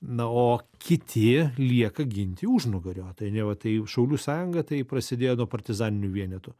na o kiti lieka ginti užnugario tai neva tai šaulių sąjunga tai prasidėjo nuo partizaninių vienetų